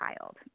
Child